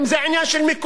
אם זה עניין של מיקום,